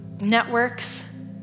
networks